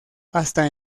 hasta